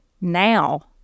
now